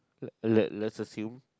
let let's assume